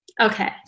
okay